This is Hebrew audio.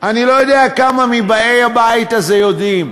אני לא יודע כמה מבאי הבית הזה יודעים: